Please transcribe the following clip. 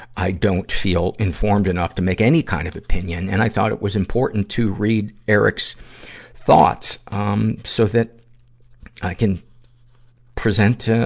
i don't feel informed enough to make any kind of opinion. and i thought it was important to read eric's thoughts, um, so that i can present, ah,